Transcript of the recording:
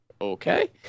Okay